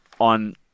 on